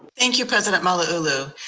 thank you, president malauulu.